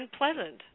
unpleasant